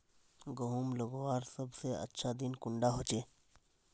गहुम लगवार सबसे अच्छा दिन कुंडा होचे?